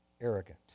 arrogant